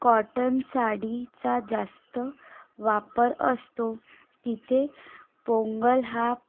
cotton साडीचा जास्त वापर असतो तिथे पोंगल हा